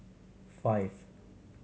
five